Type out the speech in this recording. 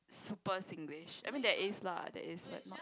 super Singlish I mean there is lah there is but not